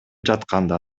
жатканда